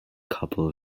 couple